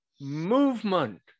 Movement